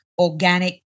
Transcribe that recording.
Organic